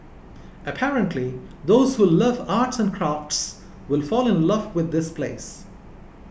apparently those who love arts and crafts will fall in love with this place